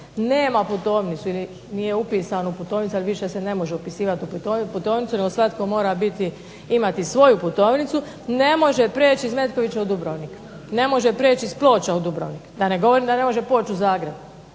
nema putovnicu, ili nije upisan u putovnicu, ali više se ne može upisivati u putovnicu, nego svatko mora biti, imati svoju putovnicu, ne može prijeći iz Metkovića u Dubrovnik, ne može prijeći iz Ploča u Dubrovnik, da ne govorim da ne može poći u Zagreb,